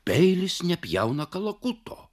peilis nepjauna kalakuto